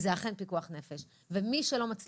ועשינו על זה דיונים מיוחדים משרד